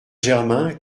germain